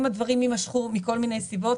אם הדברים יימשכו מכל מיני סיבות,